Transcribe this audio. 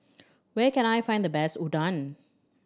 where can I find the best Udon